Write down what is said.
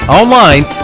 online